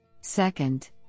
Second